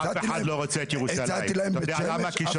אף אחד לא רוצה את ירושלים- - הצעתי להם בית שמש,